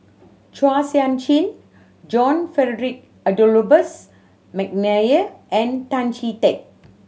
Chua Sian Chin John Frederick Adolphus McNair and Tan Chee Teck